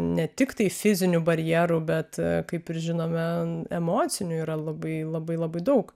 ne tiktai fizinių barjerų bet kaip ir žinome emocinių yra labai labai labai daug